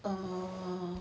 err